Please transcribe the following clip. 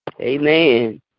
Amen